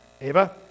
Ava